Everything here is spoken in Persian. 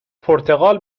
پرتغال